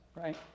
right